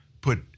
put